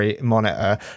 monitor